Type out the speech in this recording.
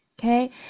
Okay